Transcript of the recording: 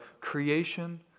creation